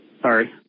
Sorry